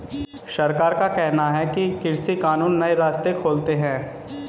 सरकार का कहना है कि कृषि कानून नए रास्ते खोलते है